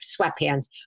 sweatpants